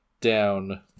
down